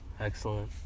Excellent